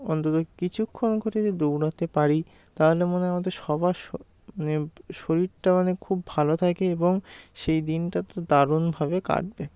অন্তত কিছুক্ষণ করে যদি দৌড়াতে পারি তাহলে মনে হয় আমাদের সবার মানে শরীরটা মানে খুব ভালো থাকে এবং সেই দিনটা তো দারুণভাবে কাটবে